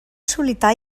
solità